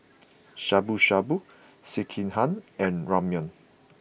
Shabu Shabu Sekihan and Ramyeon